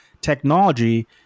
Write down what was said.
technology